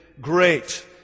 great